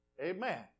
amen